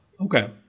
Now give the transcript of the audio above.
Okay